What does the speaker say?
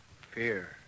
fear